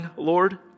Lord